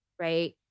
Right